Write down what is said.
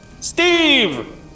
Steve